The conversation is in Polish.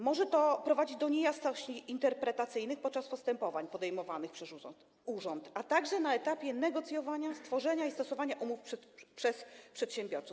Może to prowadzić do niejasności interpretacyjnych podczas postępowań podejmowanych przez urząd, a także na etapie negocjowania, tworzenia i stosowania umów przez przedsiębiorców.